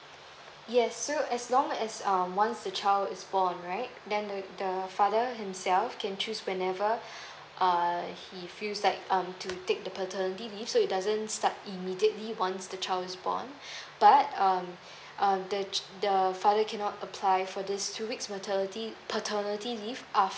yes so as long as um once the child is born right then uh the father himself can choose whenever err he feels that um to take the paternity leave so it doesn't start immediately once the child is born but um um the the father cannot apply for these two weeks paternity paternity leave of